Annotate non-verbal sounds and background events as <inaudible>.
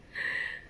<noise>